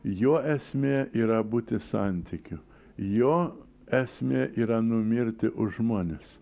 jo esmė yra būti santykiu jo esmė yra numirti už žmones